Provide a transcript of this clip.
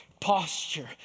posture